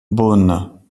beaune